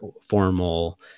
formal